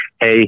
Hey